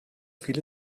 viele